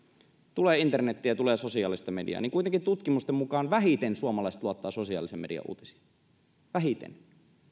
tulee internetiä tulee sosiaalista mediaa niin kuitenkin tutkimusten mukaan vähiten suomalaiset luottavat sosiaalisen median uutisiin vähiten